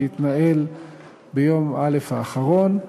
שהתנהל ביום א' האחרון.